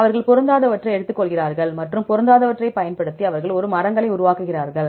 அவர்கள் பொருந்தாதவற்றை எடுத்துக்கொள்கிறார்கள் மற்றும் பொருந்தாதவற்றைப் பயன்படுத்தி அவர்கள் ஒரு மரங்களை உருவாக்குவார்கள்